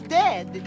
dead